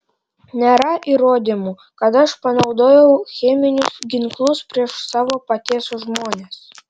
nėra įrodymų kad aš panaudojau cheminius ginklus prieš savo paties žmones